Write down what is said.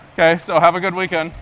ok, so have a good weekend.